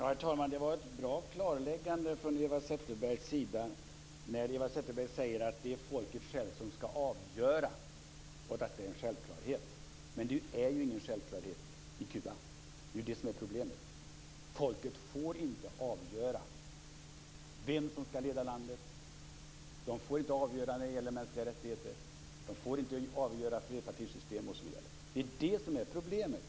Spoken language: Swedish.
Herr talman! Det var ett bra klarläggande när Eva Zetterberg sade att det är folket självt som skall avgöra. Detta är en självklarhet, men i Kuba är det ingen självklarhet. Folket får inte avgöra vem som skall leda landet. Det får inte avgöra när det gäller mänskliga rättigheter, när det gäller flerpartisystem osv. Det är det som är problemet.